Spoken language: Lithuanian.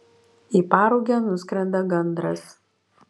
į parugę nuskrenda gandras